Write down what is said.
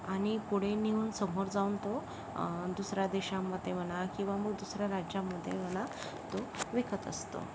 आणि पुढे नेऊन समोर जाऊन तो दुसरा देशामध्ये म्हणा किंवा मग दुसऱ्या राज्यामध्ये म्हणा तो विकत असतो